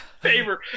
favor